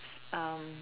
um